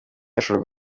ashobora